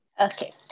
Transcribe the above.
Okay